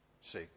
see